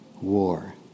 war